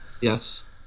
Yes